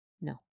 no